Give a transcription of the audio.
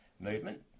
movement